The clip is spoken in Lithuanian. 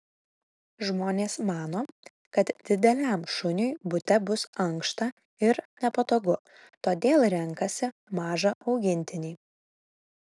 žmonės mano kad dideliam šuniui bute bus ankšta ir nepatogu todėl renkasi mažą augintinį